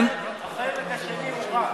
החלק השני הוא רע.